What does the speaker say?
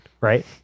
right